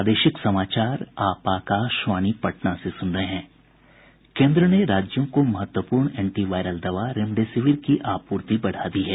केन्द्र ने राज्यों को महत्वपूर्ण एंटीवायरल दवा रेमडेसिविर की आपूर्ति बढ़ा दी है